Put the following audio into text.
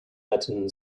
latin